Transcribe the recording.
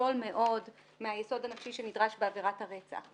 גדול מאוד מהיסוד הנפשי שנדרש בעבירת הרצח.